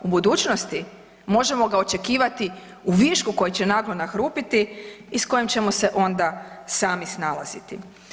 U budućnosti možemo ga očekivati u višku koji će nakon nahrupiti i s kojim ćemo se onda sami snalaziti.